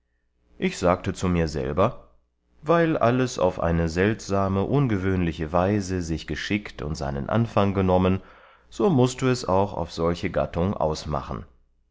ich sagte zu mir selber weil alles auf eine seltsame ungewöhnliche weise sich geschickt und seinen anfang genommen so mußt du es auch auf solche gattung ausmachen